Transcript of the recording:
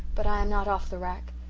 but i am not off the rack.